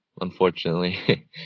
unfortunately